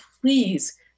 please